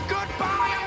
Goodbye